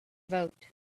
vote